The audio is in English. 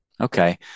Okay